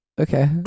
Okay